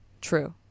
True